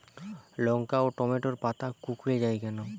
লঙ্কা ও টমেটোর পাতা কুঁকড়ে য়ায় কেন?